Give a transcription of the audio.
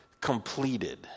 completed